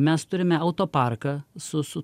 mes turime autoparką su su